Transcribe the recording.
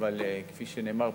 אבל כפי שנאמר פה,